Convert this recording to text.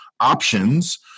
options